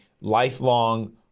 lifelong